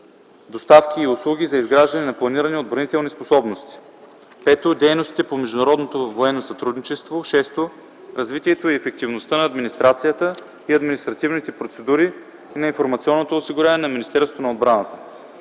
доставки и услуги за изграждане на планирани отбранителни способности; 5. дейностите по международното военно сътрудничество; 6. развитието и ефективността на администрацията и административните процедури и на информационното осигуряване на Министерството на отбраната;